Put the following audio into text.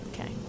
Okay